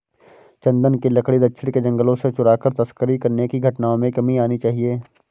चन्दन की लकड़ी दक्षिण के जंगलों से चुराकर तस्करी करने की घटनाओं में कमी आनी चाहिए